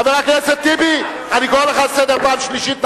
חבר הכנסת טיבי, אני קורא לך לסדר פעם שלישית.